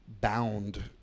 bound